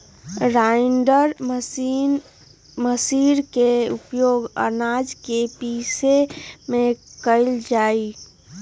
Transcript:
grinder machine के उपयोग आनाज के पीसे में कइल जाहई